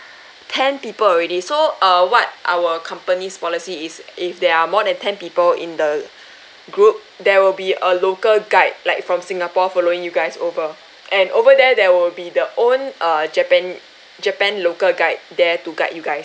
ten people already so uh what our company's policy is if there are more than ten people in the group there will be a local guide like from singapore following you guys over and over there there will be the own err japan japan local guide there to guide you guys